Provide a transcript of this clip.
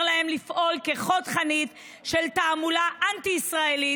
להם לפעול כחוד חנית של התעמולה אנטי-ישראלית.